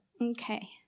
Okay